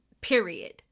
period